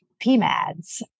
PMADS